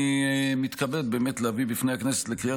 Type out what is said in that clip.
אני מתכבד באמת להביא בפני הכנסת לקריאה